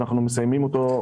אנחנו מסיימים אותו,